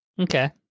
Okay